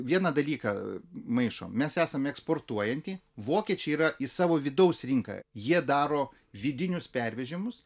vieną dalyką maišom mes esame eksportuojanti vokiečiai yra į savo vidaus rinką jie daro vidinius pervežimus